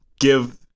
give